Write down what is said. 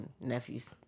nephew's